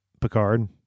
picard